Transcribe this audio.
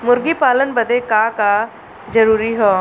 मुर्गी पालन बदे का का जरूरी ह?